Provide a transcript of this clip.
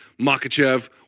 Makachev